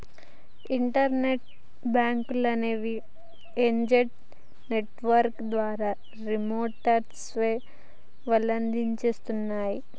internet బ్యేంకులనేవి agent network ద్వారా రిమోట్గా సేవలనందిస్తన్నయ్